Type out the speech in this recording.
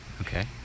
Okay